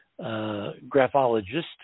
graphologist